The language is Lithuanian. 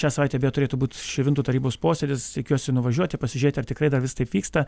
šią savaitę beje turėtų būt širvintų tarybos posėdis tikiuosi nuvažiuoti pasižiūrėti ar tikrai dar vis taip vyksta